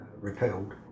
repelled